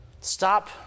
Stop